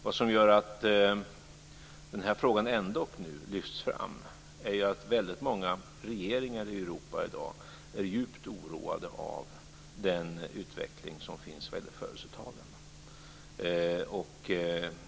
Vad som gör att den här frågan ändå nu lyfts fram är ju att väldigt många regeringar i Europa i dag är djupt oroade över den utveckling som finns när det gäller födelsetalen.